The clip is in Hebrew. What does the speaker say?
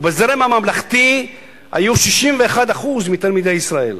ובזרם הממלכתי היו 61% מתלמידי ישראל.